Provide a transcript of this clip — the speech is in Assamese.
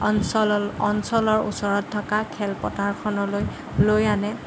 অঞ্চলল অঞ্চলৰ ওচৰত থকা খেলপথাৰখনলৈ লৈ আনে